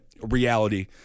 reality